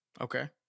Okay